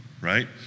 right